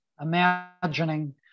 imagining